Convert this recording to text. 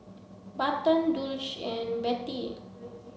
Barton Dulce and Bettie